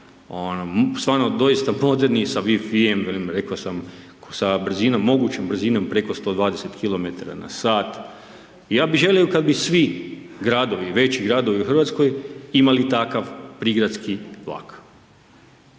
stvarno doista moderni sa wi-fi, velim rekao sam sa brzinom, mogućom brzinom preko 120km na sat. I ja bih želio kada bi svi gradovi, veći gradovi u Hrvatskoj imali takav prigradski vlak.